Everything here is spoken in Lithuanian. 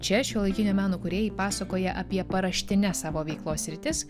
čia šiuolaikinio meno kūrėjai pasakoja apie paraštines savo veiklos sritis